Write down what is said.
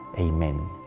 amen